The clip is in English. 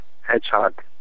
Hedgehog